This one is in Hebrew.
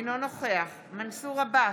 אינו נוכח מנסור עבאס,